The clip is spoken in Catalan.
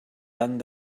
tant